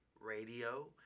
radio